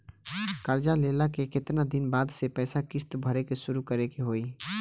कर्जा लेला के केतना दिन बाद से पैसा किश्त भरे के शुरू करे के होई?